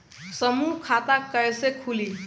समूह खाता कैसे खुली?